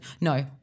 No